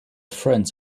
friends